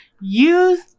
Use